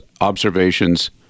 observations